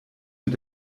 mit